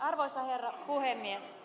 arvoisa herra puhemies